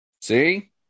See